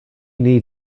need